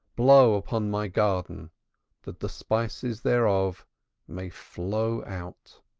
blow upon my garden that the spices thereof may flow out.